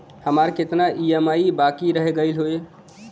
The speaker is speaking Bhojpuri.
हमार कितना ई ई.एम.आई बाकी रह गइल हौ?